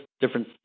different